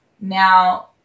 Now